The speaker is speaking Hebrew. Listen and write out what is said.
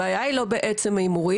הבעיה היא לא בעצם ההימורים,